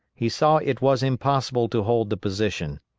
he saw it was impossible to hold the position.